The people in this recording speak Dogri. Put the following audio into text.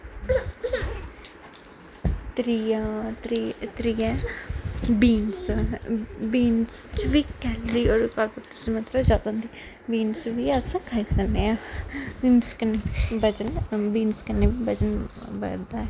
त्रीया त्री त्रीया ऐ बीन्स बीन्स च बी कैलरी दी मात्रा जादा होंदी बीन्स बी अस खाई सकने आं बीन्स कन्नै बजन बीन्स कन्नै बजन बधदा ऐ